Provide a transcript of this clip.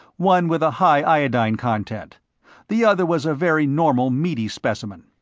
one with a high iodine content the other was a very normal meaty specimen.